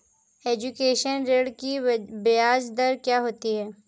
Education ऋृण की ब्याज दर क्या होती हैं?